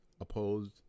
opposed